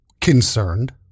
concerned